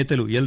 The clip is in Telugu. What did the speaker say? నేతలు ఎల్